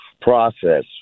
process